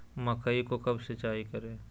मकई को कब सिंचाई करे?